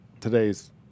today's